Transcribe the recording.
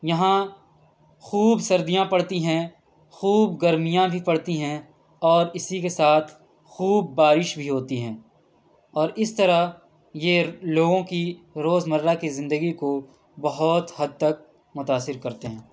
یہاں خوب سردیاں پڑتی ہیں خوب گرمیاں بھی پڑتی ہیں اور اسی کے ساتھ خوب بارش بھی ہوتی ہیں اور اس طرح یہ لوگوں كی روزمرّہ كی زندگی كو بہت حد تک متاثر کرتے ہیں